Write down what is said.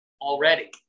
already